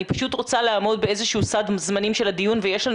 אני רוצה לעמוד בסד זמנים של הדיון ויש לנו